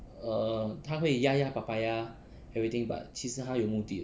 err 他会 yaya papaya everything but 其实他有目的